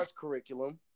curriculum